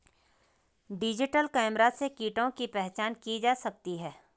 digital camera से कीटों की पहचान की जा सकती है